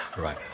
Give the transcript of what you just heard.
Right